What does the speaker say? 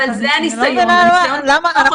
אבל זה הניסיון --- אבל אני לא מבינה למה אנחנו